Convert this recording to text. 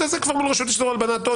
אז זה כבר מול רשות לאיסור הלבנת הון.